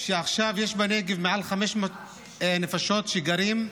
שעכשיו יש בנגב מעל 500 נפשות שגרות באוהלים.